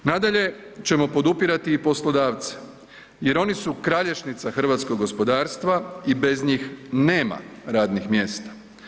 Nadalje ćemo podupirati i poslodavce jer oni su kralješnica hrvatskog gospodarstva i bez njih nema radnih mjesta.